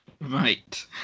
Right